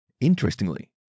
Interestingly